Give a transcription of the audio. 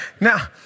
Now